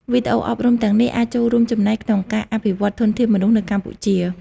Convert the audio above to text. វីដេអូអប់រំទាំងនេះអាចចូលរួមចំណែកក្នុងការអភិវឌ្ឍធនធានមនុស្សនៅកម្ពុជា។